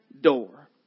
door